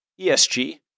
ESG